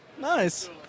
Nice